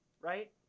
right